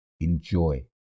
Enjoy